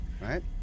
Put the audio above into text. Right